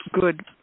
good